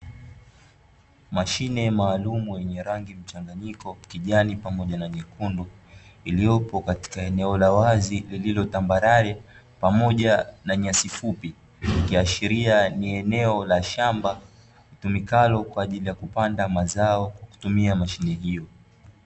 Mashine maalumu yenye rangi mchanganyiko, kijani pamoja na nyekundu, iliyopo katika eneo la wazi lililo tambarare pamoja na nyasi fupi. Ikiashiria ni eneo la shamba, litumikalo kwa ajili ya kupanda mazao, kwa kutumia mashine hiyo.